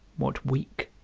what week,